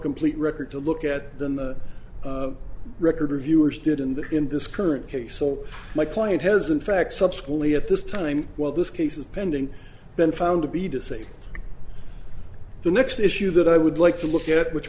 complete record to look at than the record reviewers did in the in this current case all my client has in fact subsequently at this time while this case is pending been found to be to say the next issue that i would like to look at which